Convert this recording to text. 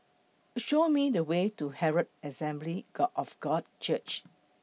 Show Me The Way to Herald Assembly God of God Church